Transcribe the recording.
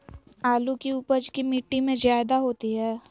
आलु की उपज की मिट्टी में जायदा होती है?